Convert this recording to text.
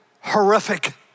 Horrific